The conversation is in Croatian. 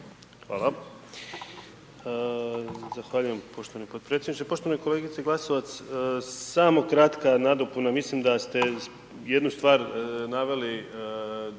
Hvala. Zahvaljujem poštovani potpredsjedniče. Poštovana kolegice Glasovac. Samo kratka nadopuna, mislim da ste jednu stvar naveli, stariji